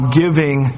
giving